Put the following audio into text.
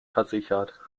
versichert